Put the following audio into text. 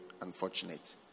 unfortunate